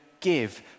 give